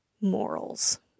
morals